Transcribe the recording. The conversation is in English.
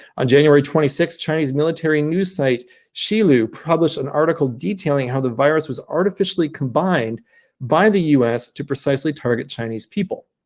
on january twenty sixth, chinese military news site xi lu published an article detailing how the virus was artificially combined by the u s. to precisely target chinese people.